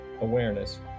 awareness